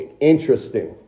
interesting